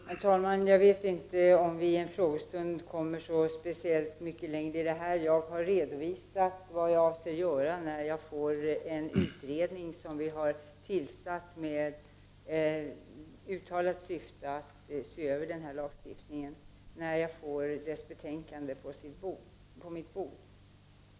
Herr talman! Jag vet inte om vi här i en frågestund kan komma så speciellt mycket längre i frågan. Jag har redovisat vad jag avser göra när jag får betänkandet på mitt bord från den utredning som vi har tillsatt med det uttalade syftet att se över den här lagstiftningen.